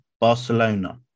Barcelona